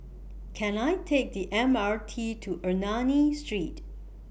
Can I Take The M R T to Ernani Street